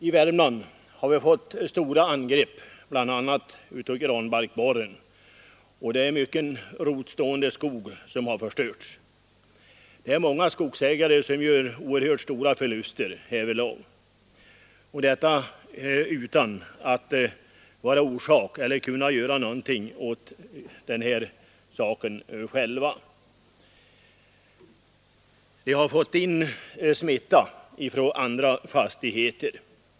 I Värmland har vi fått stora angrepp, bl.a. av granbarkborren, och det är mycken rotstående skog som har förstörts. Många skogsägare gör oerhört stora förluster, och detta utan att själva vara orsak till eller kunna göra någonting åt det inträffade. De har fått in smitta från andra fastigheter.